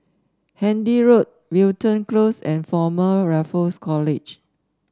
Handy Road Wilton Close and Former Raffles College